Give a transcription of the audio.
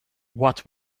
what